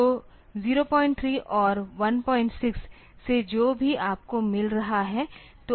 तो 03 और 16 से जो भी आपको मिल रहा है